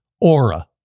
Aura